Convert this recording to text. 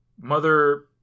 mother